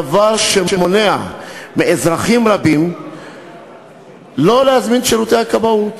דבר שמונע מאזרחים רבים להזמין שירותי כבאות,